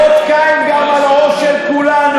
זה אות קין גם על הראש של כולנו.